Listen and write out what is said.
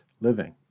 living